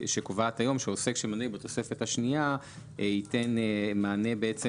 שקובעת היום שעוסק שמנוי בתוספת השנייה ייתן מענה בעצם